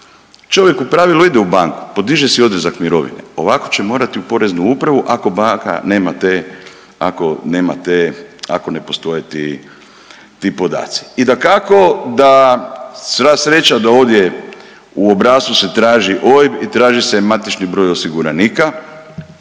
Čovjek u pravilu ide u banku, podiže si odrezak mirovine, ovako će morati u poreznu upravu ako banka nema te, ako nema te, ako ne postoje ti, ti podaci. I dakako da, sva sreća da ovdje u obrascu se traži OIB i traži se matični broj osiguranika,